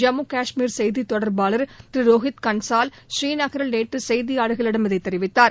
ஜம்மு கஷ்மீர் செய்தி தொடர்பாளர் திரு ரோஹித் கள்சால் ஸ்ரீநகரில் நேற்று செய்தியாளர்களிடம் இதை தெரிவித்தார்